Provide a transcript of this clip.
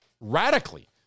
radically